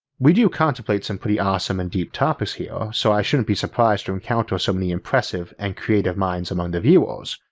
we contemplate some pretty awesome and deep topics here so i shouldn't be surprised to encounter so many impressive and creative minds among the viewers,